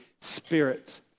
Spirit